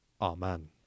Amen